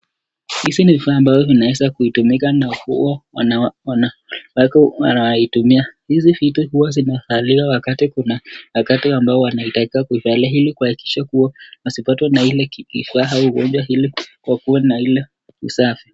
Hivi ni vifaa ambao vinaeza kutu. ika na huo, wanawake hua wanaitumia, hizi vitu huwa zinavaliwa wakati ambao kuna, wakati ambao wanaitaka ili kuakikisha kuwa wasipatwe na ile ugonjwa na ila usafi.